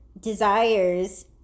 desires